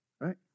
right